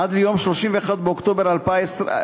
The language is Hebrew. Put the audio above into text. עד ליום 31 באוקטובר 2014,